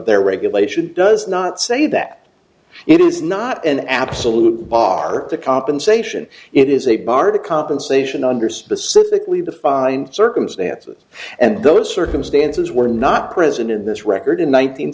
their regulation does not say that it is not an absolute barque the compensation it is a bar the compensation under specifically defined circumstances and those circumstances were not present in this record in